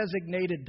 designated